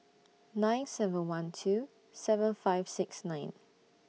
nine seven one two seven five six nine